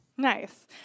Nice